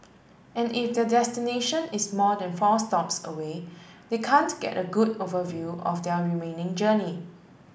and if their destination is more than four stops away they can't get a good overview of their remaining journey